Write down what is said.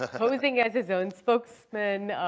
ah posing as his own spokesman,